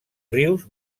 rius